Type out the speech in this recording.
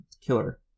killer